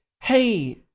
hey